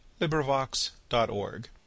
LibriVox.org